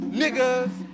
niggas